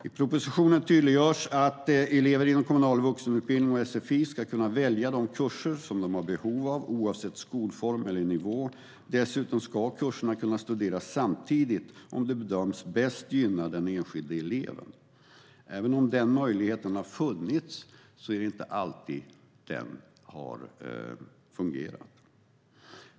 I propositionen tydliggörs att elever inom kommunal vuxenutbildning och sfi ska kunna välja de kurser de har behov av, oavsett skolform eller nivå. Dessutom ska kurserna kunna studeras samtidigt om det bedöms bäst gynna den enskilda eleven. Även om den möjligheten har funnits tidigare är det inte alltid detta har fungerat.